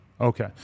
okay